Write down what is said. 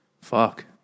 fuck